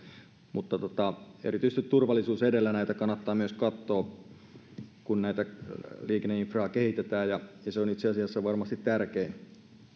mutta erityisesti turvallisuus edellä näitä kannattaa katsoa kun tätä liikenneinfraa kehitetään se turvallisuus on itse asiassa varmasti tärkein